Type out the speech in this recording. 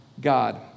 God